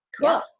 Cool